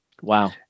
Wow